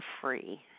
free